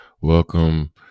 welcome